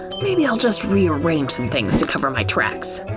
maybe i'll just rearrange some things to cover my tracks.